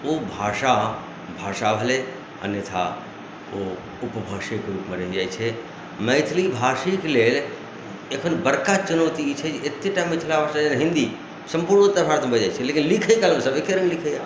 ओ भाषा भाषा भेलै अन्यथा ओ उपभाषेके रूपमे रहि जाइ छै मैथिलीभाषीके लेल एखन बड़का चुनौती ई छै जे एतेकटा मैथिली वर्सेज हिन्दी सम्पूर्ण उत्तर भारतमे बाजल जाइ छै लेकिन लिखैकाल सब एक्के रङ्ग लिखैए